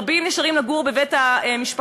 רבים נשארים לגור בבית המשפחה,